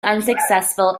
unsuccessful